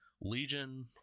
Legion